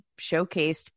showcased